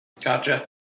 Gotcha